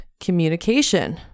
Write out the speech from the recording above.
communication